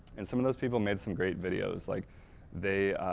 and some of those people made some great videos, like they,